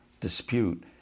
dispute